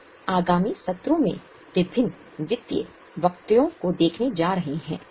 हम आगामी सत्रों में विभिन्न वित्तीय वक्तव्यों को देखने जा रहे हैं